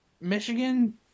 Michigan –